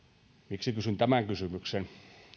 kysyn tämän kysymyksen